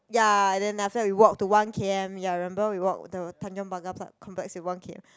ya and then after that we walk to one k_m ya remember we walk the Tanjong-Pagar pla~ complex with one k_m